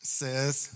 says